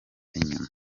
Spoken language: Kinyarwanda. inyuma